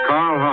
Carl